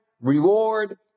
reward